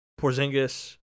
Porzingis